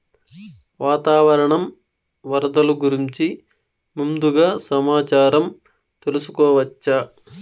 వాతావరణం వరదలు గురించి ముందుగా సమాచారం తెలుసుకోవచ్చా?